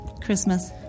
Christmas